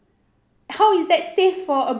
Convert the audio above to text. how is that safe for